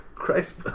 Christ